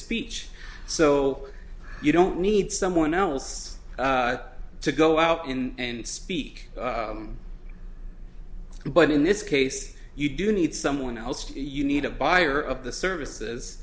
speech so you don't need someone else to go out and speak but in this case you do need someone else you need a buyer of the services